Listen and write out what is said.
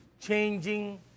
changing